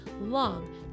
long